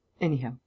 Anyhow